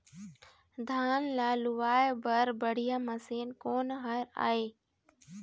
धान ला लुआय बर बढ़िया मशीन कोन हर आइ?